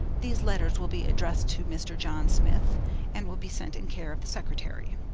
these letters will be addressed to mr. john smith and will be sent in care of the secretary.